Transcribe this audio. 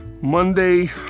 Monday